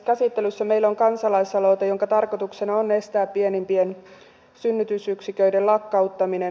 käsittelyssä meillä on kansalaisaloite jonka tarkoituksena on estää pienimpien synnytysyksiköiden lakkauttaminen